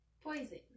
Poison